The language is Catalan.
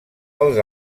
als